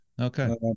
Okay